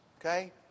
Okay